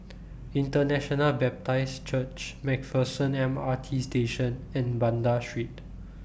International Baptist Church MacPherson M R T Station and Banda Street